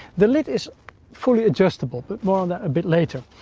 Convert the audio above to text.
the lid is fully adjustable, but more on that a bit later.